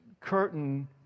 curtain